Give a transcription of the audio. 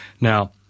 Now